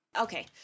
Okay